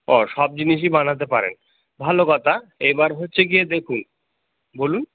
ওহ সব জিনিসই বানাতে পারেন ভালো কথা এবার হচ্ছে গিয়ে দেখুন বলুন